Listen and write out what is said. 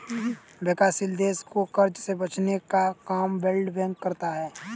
विकासशील देश को कर्ज से बचने का काम वर्ल्ड बैंक करता है